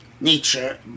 nature